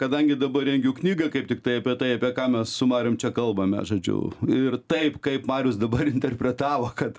kadangi dabar rengiu knygą kaip tiktai apie tai apie ką mes su marium čia kalbame žodžiu ir taip kaip marius dabar interpretavo kad